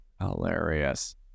Hilarious